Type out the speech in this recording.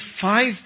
five